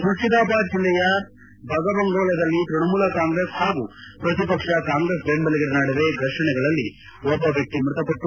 ಮುರ್ಷಿದಾಬಾದ್ ಜಿಲ್ಲೆಯ ಭಗಬಂಗೋಲದಲ್ಲಿ ತ್ಪಣಮೂಲ ಕಾಂಗ್ರೆಸ್ ಹಾಗೂ ಶ್ರತಿಪಕ್ಷ ಕಾಂಗ್ರೆಸ್ ಬೆಂಬಲಿಗರ ನಡುವೆ ಫರ್ಷಣೆಗಳಲ್ಲಿ ಒಬ್ಬ ವ್ಯಕ್ತಿ ಮೃತಪಟ್ಟು